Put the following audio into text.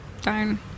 Darn